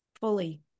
fully